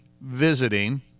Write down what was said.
visiting